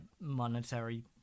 monetary